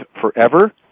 forever